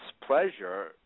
pleasure